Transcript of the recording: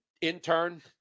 Intern